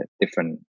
different